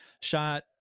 shot